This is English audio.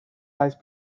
vice